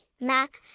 Mac